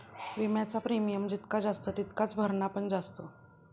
विम्याचा प्रीमियम जितका जास्त तितकाच भरणा पण जास्त